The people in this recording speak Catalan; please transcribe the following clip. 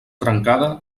trencada